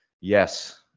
Yes